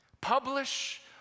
Publish